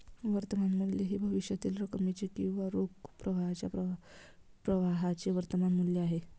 वर्तमान मूल्य हे भविष्यातील रकमेचे किंवा रोख प्रवाहाच्या प्रवाहाचे वर्तमान मूल्य आहे